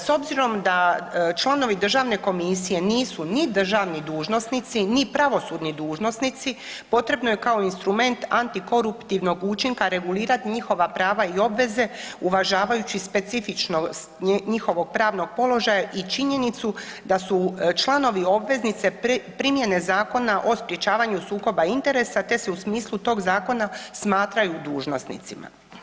S obzirom da članovi državne komisije nisu ni državni dužnosnici, ni pravosudni dužnosnici potrebno je kao instrument antikoruptivnog učinka regulirati njihova prava i obveze uvažavajući specifičnost njihovog pravnog položaja i činjenicu da su članovi obveznici primjene Zakona o sprječavanju sukoba interesa te se u smislu tog zakona smatraju dužnosnicima.